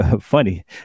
Funny